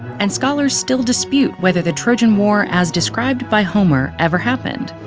and scholars still dispute whether the trojan war as described by homer ever happened.